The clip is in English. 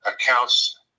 accounts